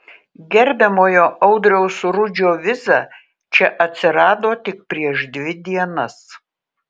gerbiamojo audriaus rudžio viza čia atsirado tik prieš dvi dienas